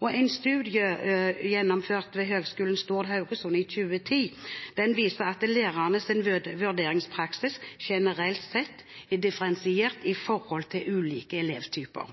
En studie gjennomført ved Høgskolen Stord/Haugesund i 2010 viser at lærernes vurderingspraksis generelt sett er differensiert i forhold til ulike elevtyper.